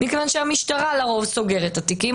מכיוון שהמשטרה לרוב סוגרת את התיקים,